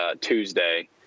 Tuesday